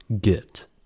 get